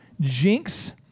Jinx